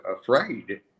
afraid